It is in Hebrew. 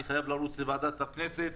אני חייב לרוץ לוועדת הכנסת.